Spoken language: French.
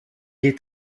est